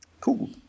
Cool